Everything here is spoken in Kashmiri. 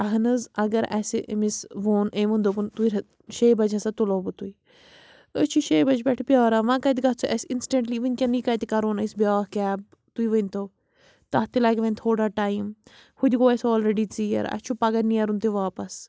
اہن حظ اگر اَسہِ أمِس ووٚن أمۍ ووٚن دوٚپُن شے بَجہِ ہَسا تُلو بہٕ تُہۍ أسۍ چھِ شے بَجہِ پٮ۪ٹھٕ پیٛاران وۄنۍ کَتہِ گَژھٕ اَسہِ اِنٕسٹٮ۪نٛٹلی وٕنۍ کٮ۪نٕے کَتہِ کَرون أسۍ بیٛاکھ کیب تُہۍ ؤنۍتو تَتھ تہِ لَگہِ وَنہِ تھوڑا ٹایِم ہُتہِ گوٚو اَسہِ آلرٔڈی ژیر اَسہِ چھُ پَگاہ نیرُن تہِ واپَس